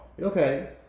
Okay